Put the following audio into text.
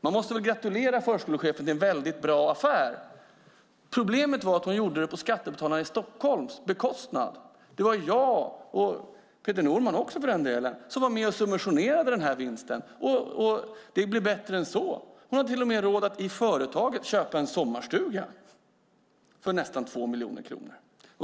Man måste väl gratulera förskolechefen till en väldigt bra affär. Problemet var att hon gjorde detta på Stockholms skattebetalares bekostnad. Det var jag, och Peter Norman också för den delen, som var med och subventionerade denna vinst. Det blir dessutom bättre än så: Hon har till och med haft möjlighet att i företaget köpa en sommarstuga för nästan 2 miljoner kronor.